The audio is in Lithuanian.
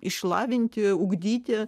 išlavinti ugdyti